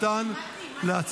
20, נגד, אחד, נוכח, אחד.